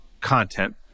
content